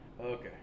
Okay